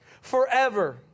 forever